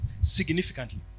significantly